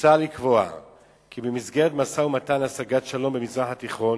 מוצע לקבוע כי במסגרת משא-ומתן להשגת שלום במזרח התיכון